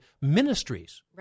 ministries